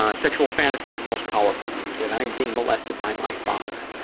ah sexual fantasies most powerful to you that i am being molested by my father.